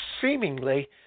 seemingly